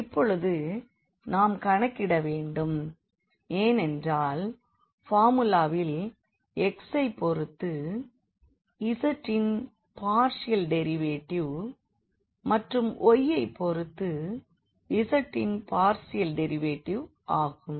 இப்பொழுது நாம் கணக்கிட வேண்டும் ஏனென்றால் பார்முலாவில் x ஐ பொறுத்து z இன் பார்ஷியல் டெரிவேட்டிவ் மற்றும் y ஐ பொறுத்து z இன் பார்ஷியல் டெரிவேட்டிவ் ஆகும்